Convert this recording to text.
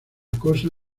cosa